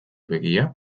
begia